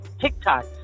TikTok